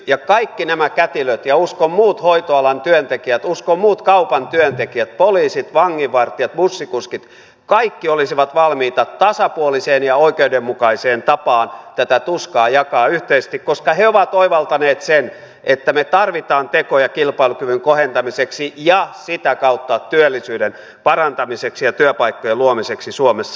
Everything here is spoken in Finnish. ja kaikki nämä kätilöt ja uskon että muut hoitoalan työntekijät muut kaupan työntekijät poliisit vanginvartijat bussikuskit kaikki olisivat valmiita tasapuoliseen ja oikeudenmukaiseen tapaan tätä tuskaa jakamaan yhteisesti koska he ovat oivaltaneet sen että me tarvitsemme tekoja kilpailukyvyn kohentamiseksi ja sitä kautta työllisyyden parantamiseksi ja työpaikkojen luomiseksi suomessa